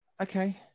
Okay